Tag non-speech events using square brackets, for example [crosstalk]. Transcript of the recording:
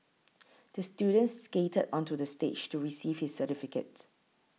[noise] the student skated onto the stage to receive his certificate